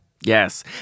Yes